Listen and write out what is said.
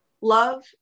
love